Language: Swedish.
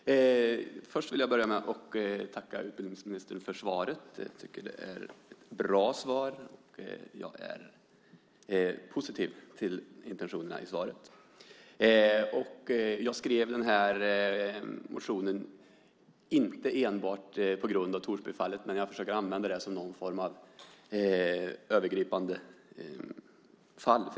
Herr talman! Jag vill börja med att tacka utbildningsministern för svaret. Det var ett bra svar, och jag är positiv till intentionerna i svaret. Jag skrev interpellationen inte enbart på grund av Torsbyfallet, men jag försöker använda det som någon form av övergripande fall.